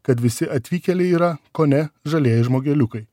kad visi atvykėliai yra kone žalieji žmogeliukai